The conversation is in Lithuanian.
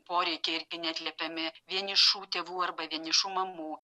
poreikiai irgi neatliepiami vienišų tėvų arba vienišų mamų